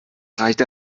reicht